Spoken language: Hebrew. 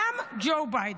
גם ג'ו ביידן.